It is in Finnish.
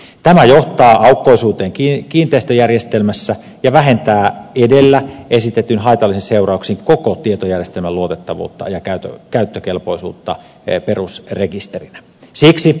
tämä johtaa aukkoisuuteen kiinteistöjärjestelmässä ja vähentää edellä esitetyin haitallisin seurauksin koko tietojärjestelmän luotettavuutta ja käyttökelpoisuutta perusrekisterinä